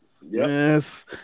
yes